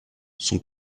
sont